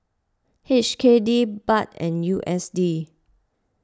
H K D Baht and U S D